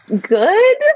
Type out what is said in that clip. good